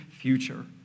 future